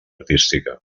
artística